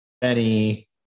Benny